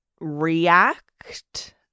react